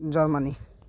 Germany